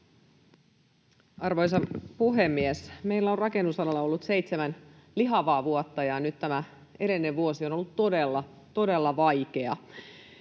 Arvoisa puhemies! Meillä on rakennusalalla ollut seitsemän lihavaa vuotta ja nyt tämä edellinen vuosi on ollut todella,